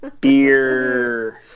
beer